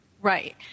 Right